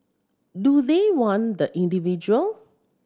do they want the individual